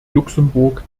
luxemburg